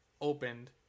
opened